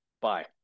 bye